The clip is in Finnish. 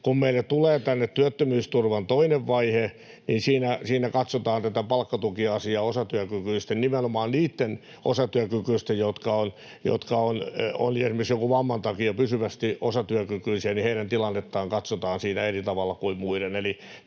kun meille tulee tänne työttömyysturvan toinen vaihe, niin siinä katsotaan tätä palkkatukiasiaa osatyökykyisten osalta, ja nimenomaan niitten osatyökykyisten, jotka ovat esimerkiksi jonkun vamman takia pysyvästi osatyökykyisiä, tilannetta katsotaan siinä eri tavalla kuin muiden.